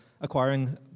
acquiring